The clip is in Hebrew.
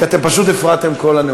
כי אתם פשוט הפרעתם כל הנאום.